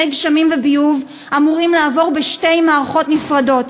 מי גשמים וביוב אמורים לעבור בשתי מערכות נפרדות,